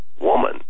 woman